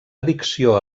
addicció